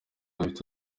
bifite